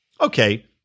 Okay